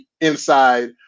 inside